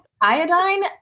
Iodine